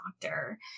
doctor